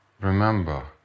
Remember